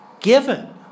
given